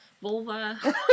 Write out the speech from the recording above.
vulva